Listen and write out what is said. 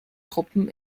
truppen